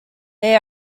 they